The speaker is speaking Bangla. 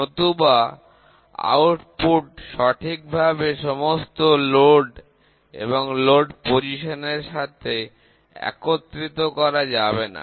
নতুবা আউটপুট সঠিকভাবে সমস্ত লোড এবং ভার এর অবস্থান এর সাথে একত্রিত করা যাবে না